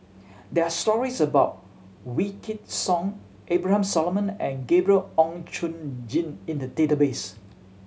there are stories about Wykidd Song Abraham Solomon and Gabriel Oon Chong Jin in the database